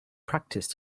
practice